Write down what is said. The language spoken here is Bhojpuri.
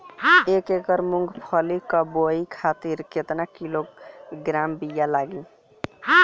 एक एकड़ मूंगफली क बोआई खातिर केतना किलोग्राम बीया लागी?